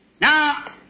Now